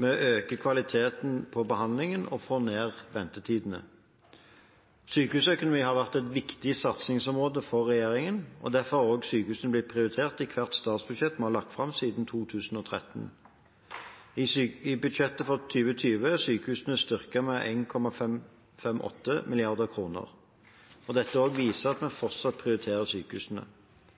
Vi øker kvaliteten i behandlingen og får ned ventetidene. Sykehusøkonomi har vært et viktig satsingsområde for regjeringen, og derfor har sykehusene blitt prioritert i hvert statsbudsjett vi har lagt fram siden 2013. I budsjettet for 2020 er sykehusene styrket med 1,58 mrd. kr. Dette viser at vi fortsatt prioriterer sykehusene.